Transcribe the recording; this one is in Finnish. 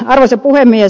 arvoisa puhemies